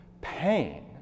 pain